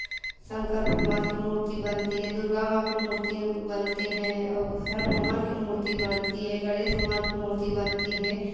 शंकर भगवान की मूर्ती बनती है दुर्गा माँ की मूर्ती बनते हैं और हर भगवान की मूर्ती बनती है गणेश भगवान की मूर्ती बनती है